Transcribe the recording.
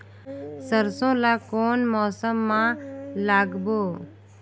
सरसो ला कोन मौसम मा लागबो?